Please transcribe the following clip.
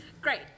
great